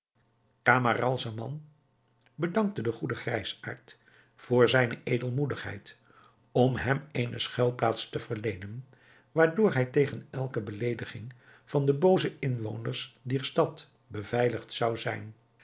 camaralzaman bedankte den goeden grijsaard voor zijne edelmoedigheid om hem eene schuilplaats te verleenen waardoor hij tegen elke beleediging van de booze inwoners dier stad beveiligd zou zijn